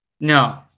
No